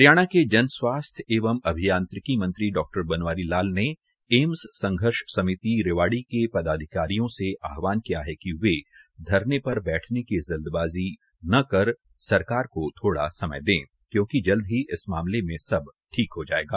हरियाणा के जनस्वास्थ्य एवं अभियांत्रिकी मंत्री डा बनवारी लाल ने एम्स संघर्ष समिति रेवाडी के पदाधिकारियों से आहवान किया है कि वे धरने पर बैठने की जल्दबाजी न करके सरकार को थोडा समय दें क्योंकि जल्द ही इस मामले में सब क्छ ठीक हो जाएगा